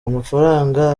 amafaranga